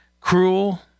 cruel